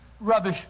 Rubbish